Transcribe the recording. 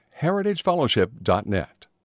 heritagefellowship.net